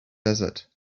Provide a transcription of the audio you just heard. desert